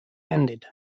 handed